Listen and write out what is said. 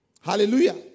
Hallelujah